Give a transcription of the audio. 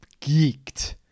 geeked